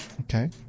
okay